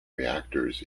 reactors